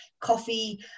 coffee